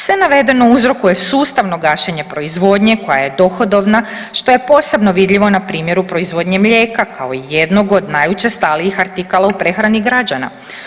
Sve navedeno uzrokuje sustavno gašenje proizvodnje koja je dohodovna što je posebno vidljivo na primjeru proizvodnje mlijeka kao jednog od najučestalijih artikala u prehrani građana.